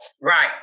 Right